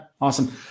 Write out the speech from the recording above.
Awesome